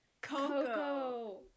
Coco